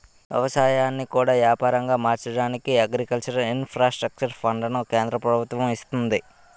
ఎవసాయాన్ని కూడా యాపారంగా మార్చడానికి అగ్రికల్చర్ ఇన్ఫ్రాస్ట్రక్చర్ ఫండును కేంద్ర ప్రభుత్వము ఇస్తంది